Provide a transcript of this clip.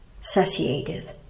satiated